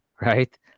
right